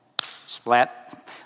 Splat